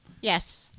Yes